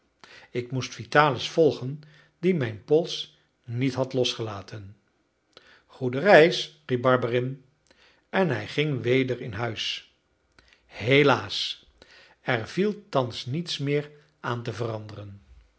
ik moest vitalis volgen die mijn pols niet had losgelaten goede reis riep barberin en hij ging weder in huis helaas er viel thans niets meer aan te veranderen